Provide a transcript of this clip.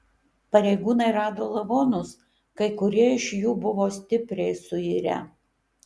pareigūnai rado lavonus kai kurie iš jų buvo stipriai suirę